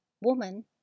Woman